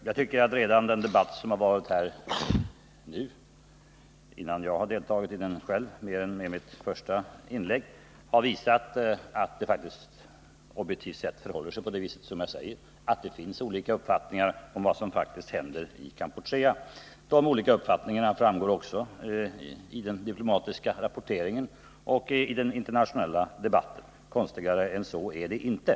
Jag tycker att den debatt som redan varit, innan jag deltagit med mer än mitt första inlägg, visar att det objektivt förhåller sig på det sätt som jag sagt, nämligen att det finns olika uppfattningar om vad som faktiskt händer i Kampuchea. De olika uppfattningarna framgår också av den diplomatiska rapporteringen och av den internationella debatten. Konstigare än så är det inte.